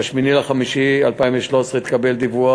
ב-8 במאי 2013 התקבל דיווח